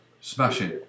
Smashing